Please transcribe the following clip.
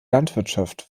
landwirtschaft